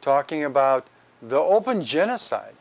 talking about the open genocide